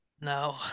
No